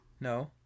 No